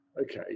okay